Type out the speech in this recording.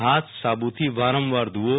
હાથ સાબુથી વારંવાર ધોવો